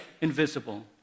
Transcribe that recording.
invisible